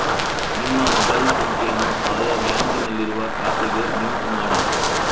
ನಿಮ್ಮ ಮೊಬೈಲ್ ಸಂಖ್ಯೆಯನ್ನು ಆಯಾ ಬ್ಯಾಂಕಿನಲ್ಲಿರುವ ಖಾತೆಗೆ ಲಿಂಕ್ ಮಾಡಿ